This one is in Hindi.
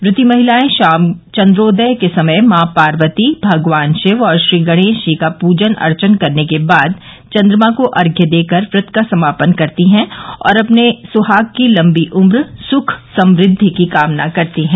प्रती महिलाएं शाम चन्द्रोदय के समय मॉ पार्वती भगवान शिव और श्रीगणेश जी का पूजन अर्चन करने के बाद चन्द्रमा को अर्घ्य देकर व्रत का समापन करती हैं और अपने सुहाग की लम्बी उम्र सुख समृद्धि की कामना करती हैं